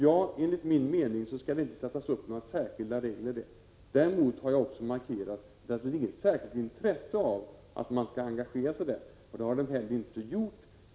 Ja, enligt min mening skall det inte sättas upp några särskilda regler i det avseendet. Däremot har jag också tidigare markerat att det inte finns något särskilt intresse av att löntagarfonderna skall engagera sig där. Det har de inte heller gjort.